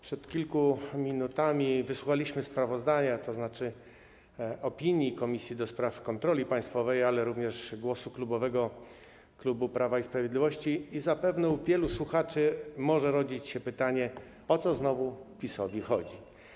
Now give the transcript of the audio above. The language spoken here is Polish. Przed kilku minutami wysłuchaliśmy sprawozdania, tzn. opinii Komisji do Spraw Kontroli Państwowej, ale również głosu klubowego klubu Prawa i Sprawiedliwości i zapewne u wielu słuchaczy może rodzić się pytanie, o co znowu PiS-owi chodzi.